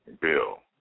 Bill